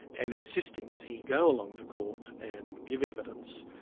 and insisting that he go along to court and give evidence